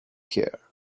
care